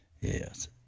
Yes